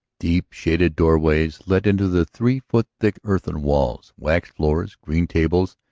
deep-shaded doorways let into the three-feet-thick earthen walls, waxed floors, green tables,